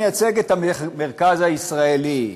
מייצג את המרכז הישראלי,